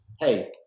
Hey